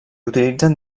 utilitzen